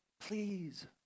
please